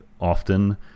Often